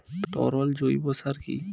তরল জৈব সার কি?